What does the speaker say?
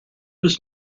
was